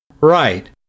Right